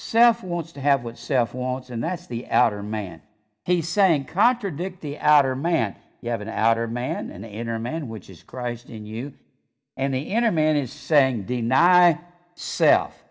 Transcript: self wants to have with self wants and that's the outer man he's saying contradict the outer man you have an outer man and the inner man which is christ in you and the inner man is saying deny self